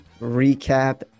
recap